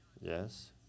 Yes